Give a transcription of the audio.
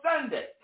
Sunday